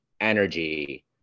Energy